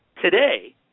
Today